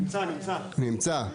נמצא.